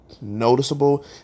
noticeable